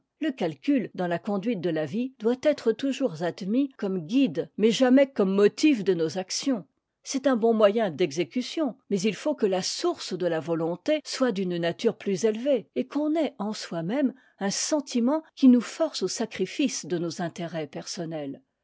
le calcul dans la conduite de la vie doit être toujours admis comme guide mais jamais comme motif de nos actions c'est un bon moyen d'exécution mais il faut que la source de la volonté soit d'une nature plus élevée et qu'on ait en soi-même un sentiment qui nous force aux sacrifices de nos intérêts personnels